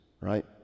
right